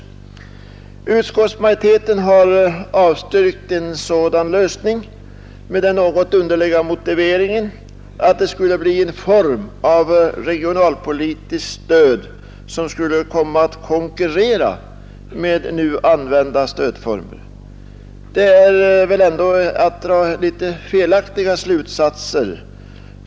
Utskottsmajoriteten har avstyrkt en sådan lösning med den något underliga motiveringen att det skulle bli en form av regionalpolitiskt stöd som skulle komma att konkurrera med nu använda stödformer. Det är väl ändå att dra litet felaktiga slutsatser.